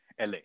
LA